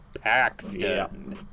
Paxton